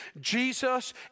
Jesus